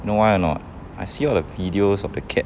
you know why or not I see all the videos of the cat